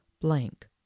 blank